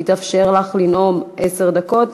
יתאפשר לך לנאום עשר דקות,